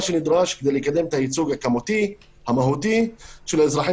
שנדרש כדי לקדם את הייצוג הכמותי והמהותי של האזרחים